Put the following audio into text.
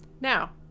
now